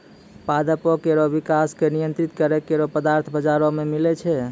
पादपों केरो विकास क नियंत्रित करै केरो पदार्थ बाजारो म मिलै छै